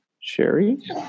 Sherry